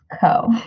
Co